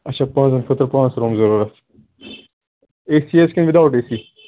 اچھا پانٛژَن خٲطرٕ پانٛژھ روٗم ضوٚروٗرَتھ اے سی حظ کِنۍ وِد آوُٹ اے سی